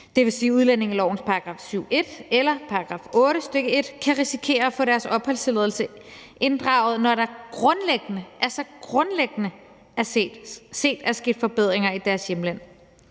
– dvs. udlændingelovens § 7, stk. 1, eller § 8, stk. 1 – kan risikere at få deres opholdstilladelse inddraget, når der grundlæggende, altså grundlæggende set er sket forbedringer i deres hjemland.